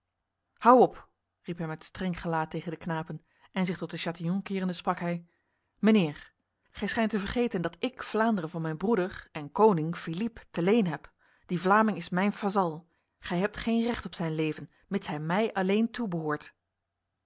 hou op riep hij met streng gelaat tegen de knapen en zich tot de chatillon kerende sprak hij mijnheer gij schijnt te vergeten dat ik vlaanderen van mijn broeder en koning philippe te leen heb die vlaming is mijn vazal gij hebt geen recht op zijn leven mits hij mij alleen